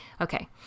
okay